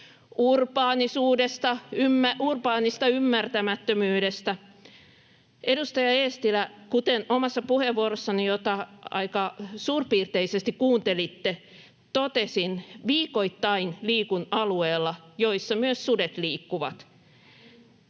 urbaanista ymmärtämättömyydestä. Edustaja Eestilä, kuten omassa puheenvuorossani, jota aika suurpiirteisesti kuuntelitte, totesin, viikoittain liikun alueella, jossa myös sudet liikkuvat.